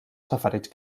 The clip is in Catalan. safareig